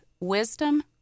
Wisdom